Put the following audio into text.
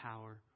power